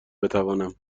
بتوانم